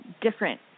different